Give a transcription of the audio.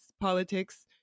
politics